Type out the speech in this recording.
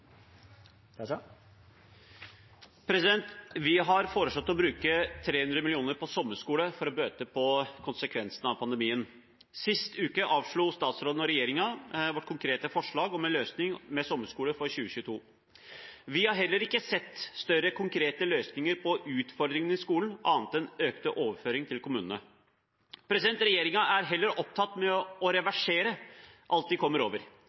Vi har foreslått å bruke 300 mill. kr på sommerskole for å bøte på konsekvensene av pandemien. Sist uke avslo statsråden og regjeringen vårt konkrete forslag om en løsning med sommerskole for 2022. Vi har heller ikke sett større, konkrete løsninger på utfordringene i skolen, annet en økte overføringer til kommunene. Regjeringen er heller opptatt med å reversere alt de kommer over: